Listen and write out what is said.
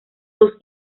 dos